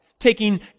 taking